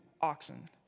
oxen